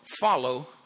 follow